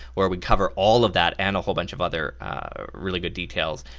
where we cover all of that, and a whole bunch of other really good details,